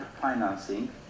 financing